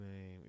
name